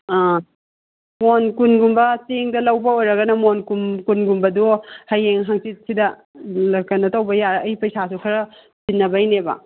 ꯑꯥ ꯃꯣꯟ ꯀꯨꯟꯒꯨꯝꯕ ꯆꯦꯡꯗ ꯂꯧꯕ ꯑꯣꯏꯔꯒꯅ ꯃꯣꯟ ꯀꯨꯟ ꯀꯨꯟꯒꯨꯝꯕꯗꯣ ꯍꯌꯦꯡ ꯍꯪꯆꯤꯠ ꯁꯤꯗ ꯀꯩꯅꯣ ꯇꯧꯕ ꯌꯥꯔꯦ ꯑꯩ ꯄꯩꯁꯥꯁꯨ ꯈꯔ ꯆꯤꯟꯅꯕꯩꯅꯦꯕ